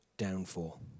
downfall